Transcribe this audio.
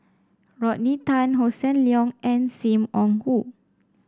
Rodney Tan Hossan Leong and Sim Wong Hoo